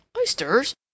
Oysters